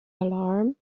alarm